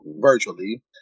virtually